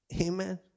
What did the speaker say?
Amen